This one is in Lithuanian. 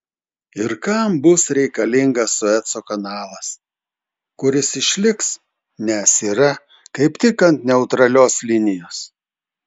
ir kam bus reikalingas sueco kanalas kuris išliks nes yra kaip tik ant neutralios linijos